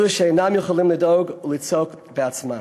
אלו שאינם יכולים לדאוג ולצעוק בעצמם.